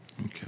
Okay